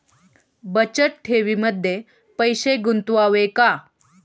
बचत ठेवीमध्ये पैसे गुंतवावे का?